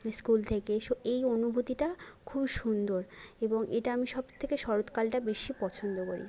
school থেকে so এই অনুভূতিটা খুব সুন্দর এবং এটা আমি সব থেকে শরৎকালটা বেশি পছন্দ করি